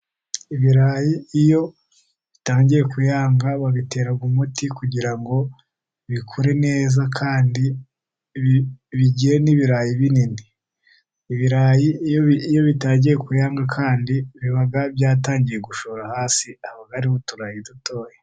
Ibirayi iyo bitangiye kuyanga babitera umuti kugira ngo bikure neza, kandi bigire n'ibirayi binini, ibirayi iyo bitangiye kuyanga kandi biba byatangiye gushora hasi haba hariho uturayi dutoya.